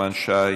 נחמן שי,